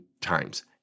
times